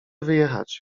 wyjechać